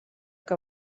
que